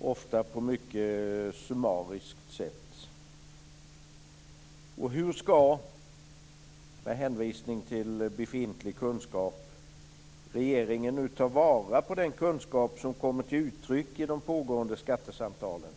ofta på ett mycket summariskt sätt? Hur skall regeringen med hänvisning till befintlig kunskap ta vara på den kunskap som kommer till uttryck i de pågående skattesamtalen?